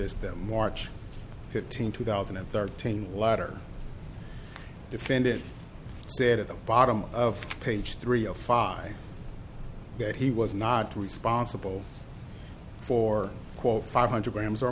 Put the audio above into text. that march fifteenth two thousand and thirteen latter defended said at the bottom of page three of five that he was not responsible for quote five hundred grams or